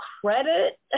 credit